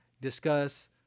discuss